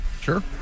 Sure